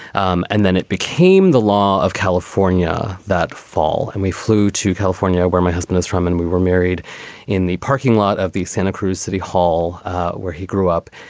um and then it became the law of california that fall. and we flew to california, where my husband is from. and we were married in the parking lot of the santa cruz city hall where he grew up.